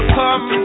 come